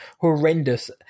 horrendous